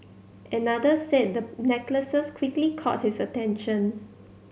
another said the necklaces quickly caught his attention